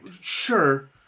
Sure